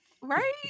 right